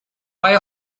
buy